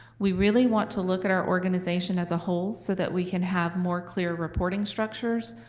we really want to look at our organization as a whole so that we can have more clear reporting structures,